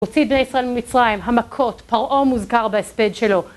הוציא את בני ישראל ממצרים, המכות, פרעה מוזכר בהספד שלו